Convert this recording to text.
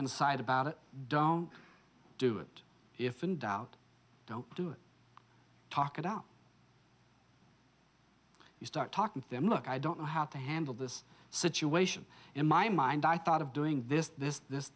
inside about it don't do it if in doubt don't do it talk it out you start talking then look i don't know how to handle this situation in my mind i thought of doing this this this